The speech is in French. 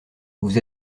vous